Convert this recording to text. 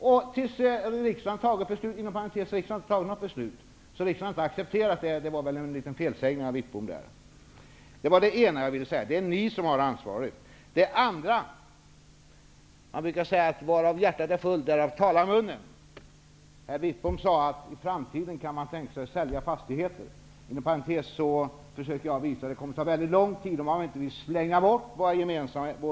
Det är den nuvarande regeringen som har ansvaret intill dess riksdagen har fattat sitt beslut. Riksdagen har ännu inte fattat något beslut, och när herr Wittbom sade att vi hade accepterat detta, så var det väl en felsägning. Man brukar säga att varav hjärtat är fullt, därav talar munnen. Herr Wittbom sade att man i framtiden kan tänka sig att sälja fastigheter. Inom parentes vill jag hänvisa till att jag sade att det kommer att ta lång tid, om man inte vill slänga bort vår gemensamma egendom.